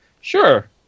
sure